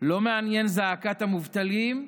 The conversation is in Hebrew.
לא מעניינת זעקת המובטלים,